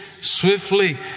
Swiftly